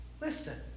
Listen